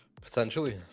Potentially